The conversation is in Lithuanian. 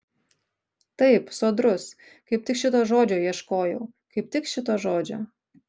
taip sodrus kaip tik šito žodžio ieškojau kaip tik šito žodžio